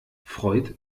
freut